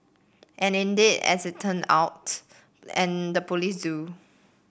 and indeed as it turn out and the police do